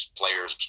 players